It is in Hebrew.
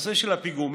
הנושא של הפיגומים,